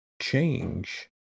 change